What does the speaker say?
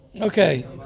Okay